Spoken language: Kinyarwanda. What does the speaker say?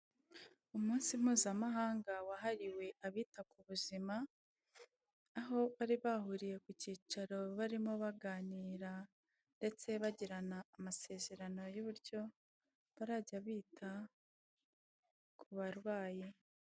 Umunsi mpuzamahanga wahariwe abita ku buzima, aho bari bahuriye ku cyicaro barimo baganira ndetse bagirana amasezerano y'uburyo bazajya bita ku barwayi.